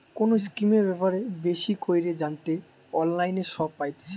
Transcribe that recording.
কোনো স্কিমের ব্যাপারে বেশি কইরে জানতে অনলাইনে সব পাইতেছে